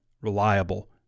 reliable